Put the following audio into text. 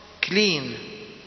clean